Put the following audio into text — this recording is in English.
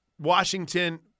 Washington